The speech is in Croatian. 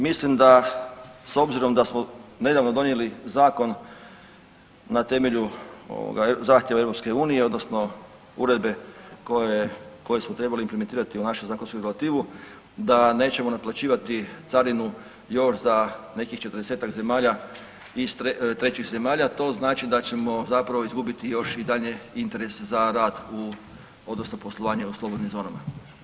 Mislim da s obzirom da smo nedavno donijeli zakon na temelju ovoga zahtjeva EU odnosno uredbe koja je, koju smo trebali implementirati u našu zakonsku regulativu da nećemo naplaćivati carinu još za nekih 40-tak zemalja iz trećih zemalja a to znači da ćemo zapravo izgubiti još i dalje interese za rad u odnosno poslovanje u slobodnim zonama.